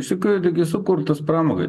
iš tikrųjų taigi sukurtas pramogai